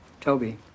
Toby